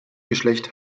geschlecht